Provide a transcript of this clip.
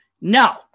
No